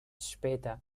später